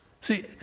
See